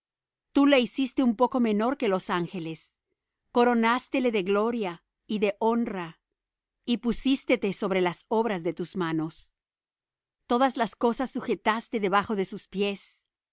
tú le hiciste un poco menor que los ángeles coronástele de gloria y de honra y pusístete sobre las obras de tus manos todas las cosas sujetaste debajo de sus pies